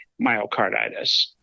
myocarditis